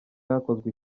hakozwe